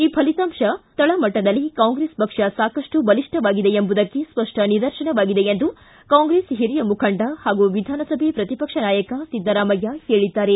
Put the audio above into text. ಈ ಫಲಿತಾಂಶ ತಳಮಟ್ಟದಲ್ಲಿ ಕಾಂಗ್ರೆಸ್ ಪಕ್ಷ ಸಾಕಷ್ಟು ಬಲಿಷ್ಠವಾಗಿದೆ ಎಂಬುದಕ್ಕೆ ಸ್ತಷ್ಟ ನಿದರ್ಶನವಾಗಿದೆ ಎಂದು ಕಾಂಗ್ರೆಸ್ ಹಿರಿಯ ಮುಖಂಡ ಹಾಗೂ ವಿಧಾನಸಭೆ ಪ್ರತಿಪಕ್ಷ ನಾಯಕ ಸಿದ್ದರಾಮಯ್ಯ ಹೇಳಿದ್ದಾರೆ